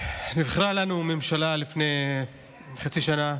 נבחרה לנו ממשלה לפני חצי שנה,